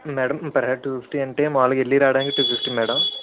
madam per head two fifty అంటే మాములుగా వెళ్ళి రావడానికి టూ ఫిఫ్టీ మేడం